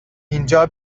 اینجا